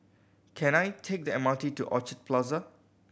can I take the M R T to Orchard Plaza